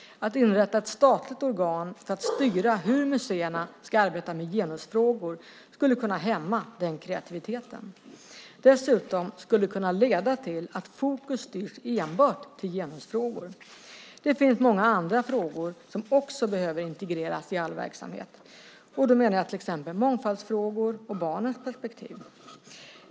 Att inrätta ett statligt organ för att styra hur museerna ska arbeta med genusfrågor skulle kunna hämma den kreativiteten. Dessutom skulle det kunna leda till att fokus styrs enbart till genusfrågor. Det finns många andra frågor som också behöver integreras i all verksamhet. Då menar jag till exempel mångfaldsfrågor och barnens perspektiv.